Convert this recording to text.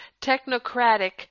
technocratic